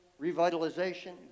revitalization